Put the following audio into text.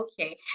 Okay